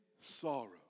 sorrow